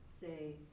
say